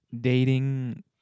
dating